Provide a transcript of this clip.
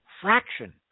fraction